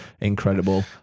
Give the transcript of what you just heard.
incredible